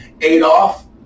Adolf